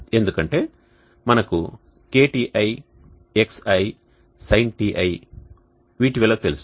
ఎందుకంటే మనకు KTi xi sinτi వీటి విలువ తెలుసు